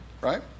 right